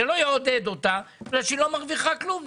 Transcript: זה לא יעודד אותה כי היא לא מרוויחה כלום.